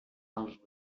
dels